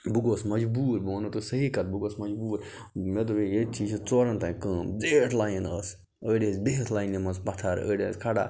بہٕ گوس مجبوٗر بہٕ وَنو تۄہہِ صحیح کَتھ بہٕ گوس مجبوٗر مےٚ دوٚپ یے ییٚتہِ چھِ یہِ چھِ ژورَن تام کٲم زیٖٹھ لایِن ٲس أڑۍ ٲسۍ بِہِتھ لاینہِ منٛز پتھر أڑۍ ٲسۍ کھڑا